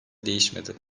değişmedi